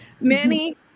Manny